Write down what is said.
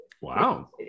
wow